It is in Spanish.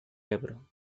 ebro